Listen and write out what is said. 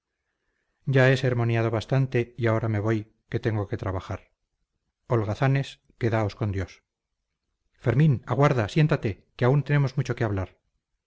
ya he sermoneado bastante y ahora me voy que tengo que trabajar holgazanes quedaos con dios fermín aguarda siéntate que aún tenemos mucho que hablar